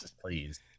please